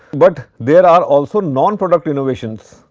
but there are also non product innovations.